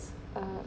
s~ uh